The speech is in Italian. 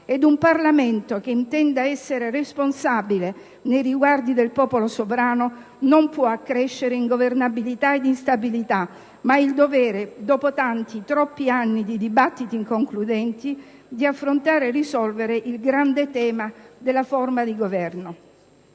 Un Parlamento che intenda essere responsabile nei riguardi del popolo sovrano non può accrescere l'ingovernabilità e l'instabilità ma ha il dovere, dopo tanti - troppi - anni di dibattiti inconcludenti, di affrontare e risolvere il grande tema della forma di Governo.